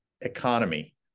economy